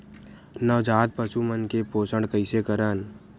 नवजात पशु मन के पोषण कइसे करन?